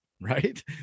right